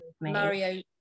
mario